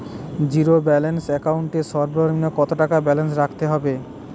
Zero balance account এর সর্বনিম্ন কত টাকা ব্যালেন্স রাখতে হবে?